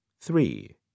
three